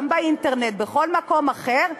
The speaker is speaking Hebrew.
גם באינטרנט בכל מקום אחר,